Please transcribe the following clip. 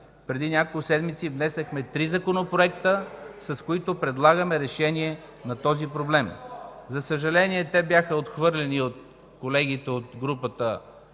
преди няколко седмици внесохме три законопроекта, с които предлагаме решение на този проблем. (Реплики.) За съжаление, те бяха отхвърлени от колегите от групата